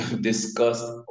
discussed